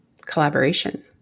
collaboration